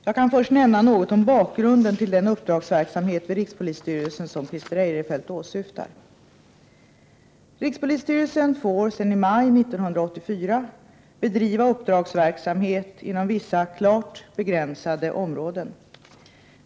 Jag kan först nämna något om bakgrunden till den uppdragsverksamhet vid rikspolisstyrelsen som Christer Eirefelt åsyftar. Rikspolisstyrelsen får sedan i maj 1984 bedriva uppdragsverksamhet inom vissa klart begränsade områden.